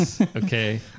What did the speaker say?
Okay